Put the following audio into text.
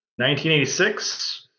1986